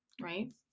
right